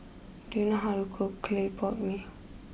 do you know how to cook Clay Pot Mee